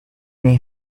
they